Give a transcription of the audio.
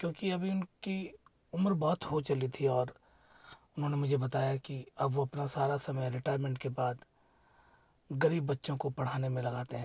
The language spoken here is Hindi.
क्योंकि अभी उनकी उम्र बहुत हो चली थी और उन्होंने मुझे बताया कि अब वो अपना सारा समय रिटाइमेन्ट के बाद गरीब बच्चों को पढ़ाते में लगाते हैं